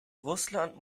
russland